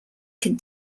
can